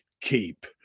keep